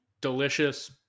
delicious